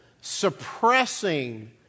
suppressing